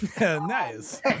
nice